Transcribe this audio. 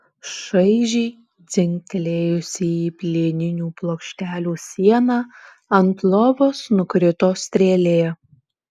šaižiai dzingtelėjusi į plieninių plokštelių sieną ant lovos nukrito strėlė